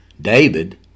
David